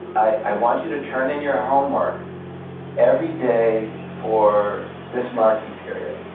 i i want you to turn in your homework every day for this marking period.